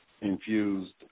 infused